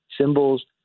symbols